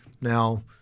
Now